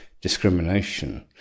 discrimination